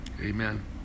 Amen